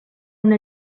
una